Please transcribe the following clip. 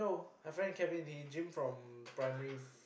my friend Kevin he gym from primary